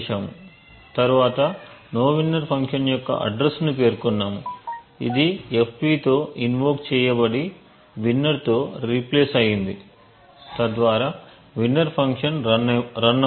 తరువాత nowinner function యొక్క address ను పేర్కొన్నాము ఇది fp తో ఇన్ఓక్ చేయబడి winner తో రీప్లేస్ అయింది తద్వారా winner ఫంక్షన్ రన్ అవుతుంది